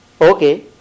Okay